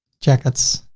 jackets,